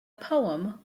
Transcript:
poem